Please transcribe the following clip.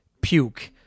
puke